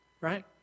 right